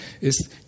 ist